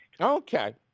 Okay